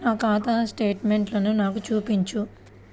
నా ఖాతా స్టేట్మెంట్ను నాకు చూపించు